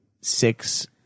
six